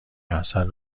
عسل